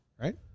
right